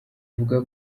avuga